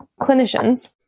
clinicians